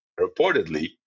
reportedly